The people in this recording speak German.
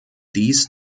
dies